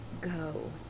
go